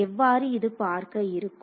எவ்வாறு இது பார்க்க இருக்கும்